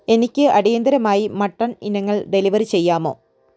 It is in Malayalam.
എനിക്ക് അടിയന്തിരമായി മട്ടൺ ഇനങ്ങൾ ഡെലിവറി ചെയ്യാമോ